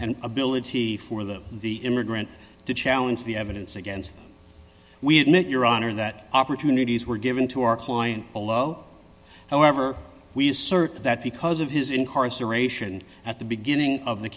and ability for the the immigrant to challenge the evidence against we admit your honor that opportunities were given to our client below however we assert that because of his incarceration at the beginning of the